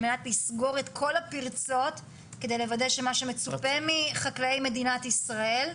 על מנת לסגור את כל הפירצות כדי לוודא שמה שמצופה מחקלאי מדינת ישראל,